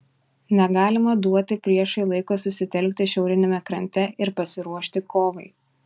negalima duoti priešui laiko susitelkti šiauriniame krante ir pasiruošti kovai